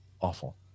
awful